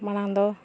ᱢᱟᱲᱟᱝ ᱫᱚ